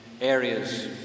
areas